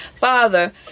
father